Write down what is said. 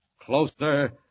Closer